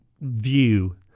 view